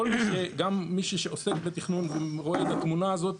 גם מי שעוסק בתכנון ורואה את התמונה הזאת